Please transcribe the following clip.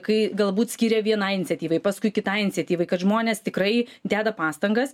kai galbūt skyrė vienai iniciatyvai paskui kitai iniciatyvai kad žmonės tikrai deda pastangas